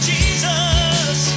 Jesus